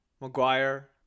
Maguire